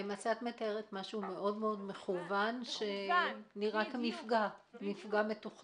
את מתארת משהו מאוד מכוון שנראה כמו מפגע מתוכנן.